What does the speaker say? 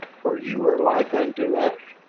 for you are like unto us,